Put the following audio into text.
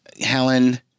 Helen